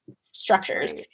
structures